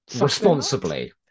Responsibly